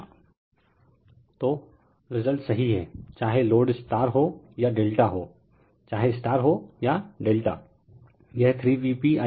refer slide time 1053 तो result सही है चाहे लोड स्टार हो या Δ हो चाहे स्टार हो या Δ यह 3VpI p cos सही है